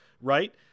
right